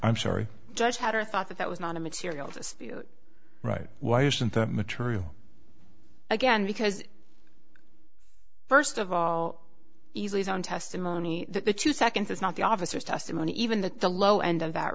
i'm sorry judge hatter thought that that was not a material just right why isn't that material again because first of all easily is own testimony that the two seconds is not the officer's testimony even that the low end of that